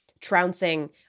trouncing